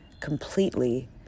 completely